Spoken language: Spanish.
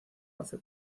hace